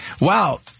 wow